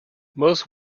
most